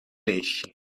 nicht